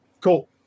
cool